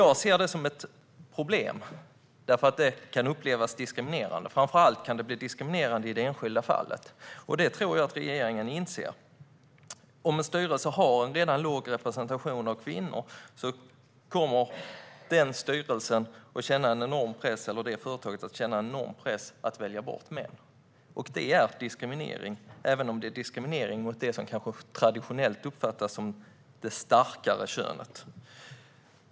Jag ser det som ett problem, för det kan upplevas som diskriminerande. Framför allt kan det bli diskriminerande i det enskilda fallet. Det tror jag att regeringen inser. Om en styrelse redan har en låg representation av kvinnor kommer denna styrelse eller detta företag att känna en enorm press att välja bort män. Det är diskriminering, även om det är diskriminering av det som kanske traditionellt uppfattas som det starkare könet.